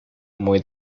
muy